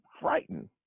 frightened